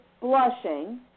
blushing